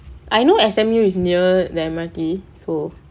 I know S_M_U is near the M_R_T so